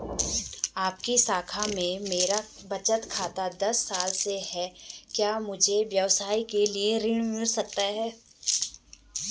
आपकी शाखा में मेरा बचत खाता दस साल से है क्या मुझे व्यवसाय के लिए ऋण मिल सकता है?